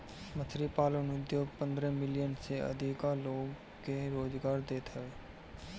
मछरी पालन उद्योग पन्द्रह मिलियन से अधिका लोग के रोजगार देत हवे